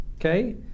okay